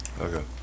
Okay